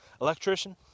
electrician